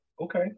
Okay